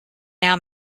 now